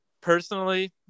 personally